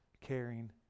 Caring